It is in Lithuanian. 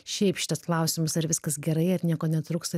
šiaip šitas klausimas ar viskas gerai ar nieko netrūksta